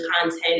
content